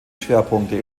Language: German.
schwerpunkte